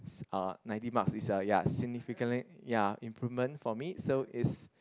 uh ninety marks is uh ya significantly ya improvement for me so is